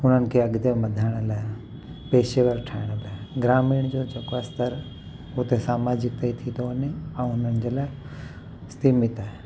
उन्हनि खे अॻिते वधाइण लाइ पेशेवर ठहिणो पवंदो ग्रामीण जो जेको आहे स्तर हुओ त सामाजिक तई थी थो वञे ऐं उन्हनि जे लाइ स्थिमित आहे